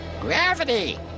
Gravity